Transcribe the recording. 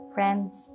Friends